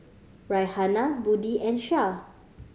Raihana Budi and Syah